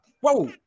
Whoa